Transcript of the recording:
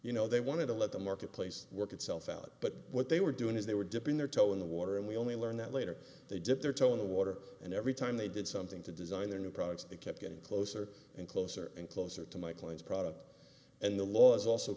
you know they wanted to let the marketplace work itself out but what they were doing is they were dipping their toe in the water and we only learned that later they dip their toe in the water and every time they did something to design their new products it kept getting closer and closer and closer to my client's product and the law is also